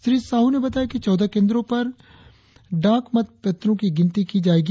श्री साहू ने बताया कि चौदह केंद्रों पर प ले डाक मतपत्रों की गिनती की जाएगी